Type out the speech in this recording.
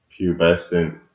pubescent